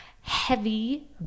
heavy